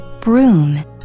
Broom